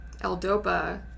l-dopa